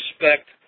respect